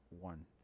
One